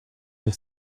just